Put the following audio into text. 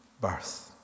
birth